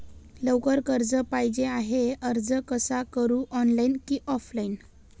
लवकर कर्ज पाहिजे आहे अर्ज कसा करु ऑनलाइन कि ऑफलाइन?